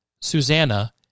Susanna